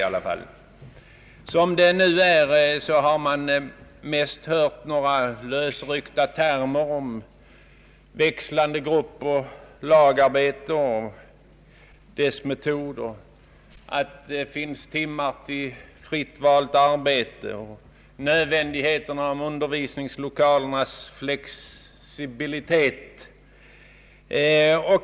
Hittills har man mest hört några lösryckta termer om växlande grupper och lagarbete och dess metoder; timmar för fritt valt arbete, om nödvändigheten av att undervisningslokalerna är flexibla, etc.